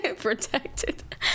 protected